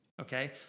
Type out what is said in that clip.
Okay